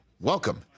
Welcome